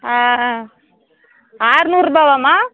ஆ ஆறுநூறுபாவாம்மா